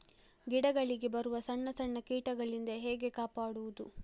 ಗಿಡಗಳಿಗೆ ಬರುವ ಸಣ್ಣ ಸಣ್ಣ ಕೀಟಗಳಿಂದ ಹೇಗೆ ಕಾಪಾಡುವುದು?